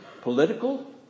Political